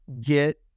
get